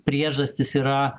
priežastys yra